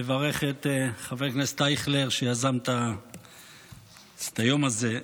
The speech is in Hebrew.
נברך את חבר הכנסת אייכלר, שיזם את היום הזה.